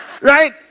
Right